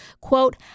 Quote